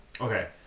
Okay